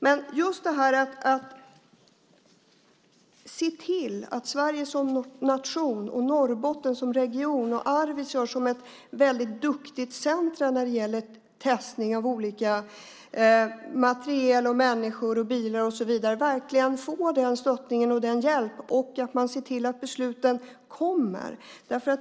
Det gäller att se till att Sverige som nation, Norrbotten som region och Arvidsjaur som ett väldigt bra centrum för testning av olika materiel, människor, bilar och så vidare verkligen får stöd och hjälp och att man ser till att besluten kommer.